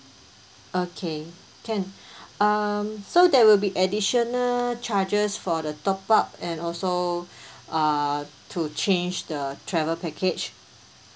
okay can um so there will be additional charges for the top up and also uh to change the travel package